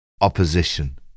opposition